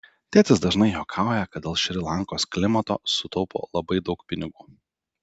tėtis dažnai juokauja kad dėl šri lankos klimato sutaupo labai daug pinigų